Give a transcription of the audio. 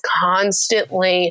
constantly